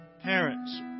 parents